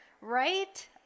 right